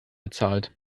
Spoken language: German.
bezahlt